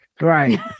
Right